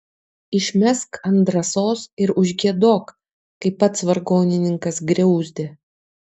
išmesk ant drąsos ir užgiedok kaip pats vargonininkas griauzdė